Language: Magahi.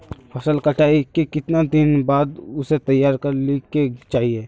फसल कटाई के कीतना दिन बाद उसे तैयार कर ली के चाहिए?